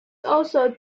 also